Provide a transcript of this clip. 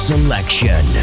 Selection